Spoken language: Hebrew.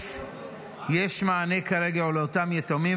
יש מענה כרגע לאותם יתומים,